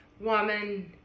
woman